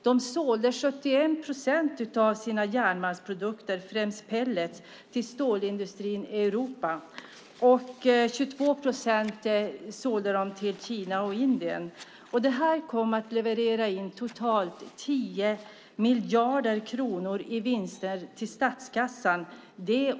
Man sålde 71 procent av sina järnmalmsprodukter, främst pellets, till stålindustrin i Europa. 22 procent sålde man till Kina och Indien. De kom att ge ca 10 miljarder kronor i vinst till statskassan.